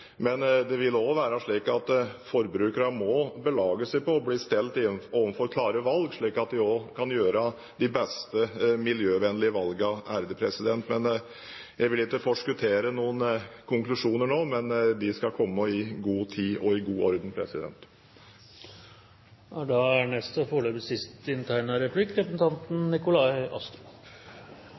men det vil også være slik at forbrukerne må belage seg på å bli stilt overfor klare valg, slik at de også kan gjøre de beste miljøvennlige valgene. Jeg vil ikke forskuttere noen konklusjoner nå, men de skal komme i god tid og i god orden. Statsråden balanserer mellom ulike hensyn, og